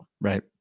Right